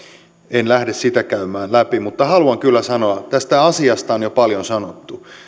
en lähde sitä käymään läpi mutta haluan kyllä sanoa että tästä asiasta on jo paljon sanottu ja